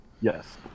Yes